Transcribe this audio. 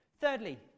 Thirdly